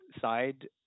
side